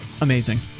Amazing